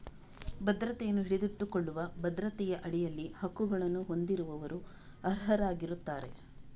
ಭದ್ರತೆಯನ್ನು ಹಿಡಿದಿಟ್ಟುಕೊಳ್ಳುವ ಭದ್ರತೆಯ ಅಡಿಯಲ್ಲಿ ಹಕ್ಕುಗಳನ್ನು ಹೊಂದಿರುವವರು ಅರ್ಹರಾಗಿರುತ್ತಾರೆ